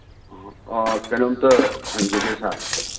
ꯑꯣ ꯀꯩꯅꯣꯝꯇ ꯍꯪꯖꯒꯦ ꯁꯥꯔ